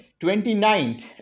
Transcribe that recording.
29th